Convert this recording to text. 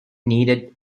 needed